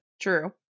true